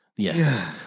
Yes